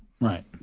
Right